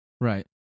Right